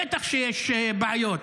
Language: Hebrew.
בטח שיש בעיות,